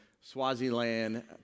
Swaziland